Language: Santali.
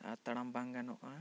ᱟᱨ ᱛᱟᱲᱟᱢ ᱵᱟᱝ ᱜᱟᱱᱚᱜᱼᱟ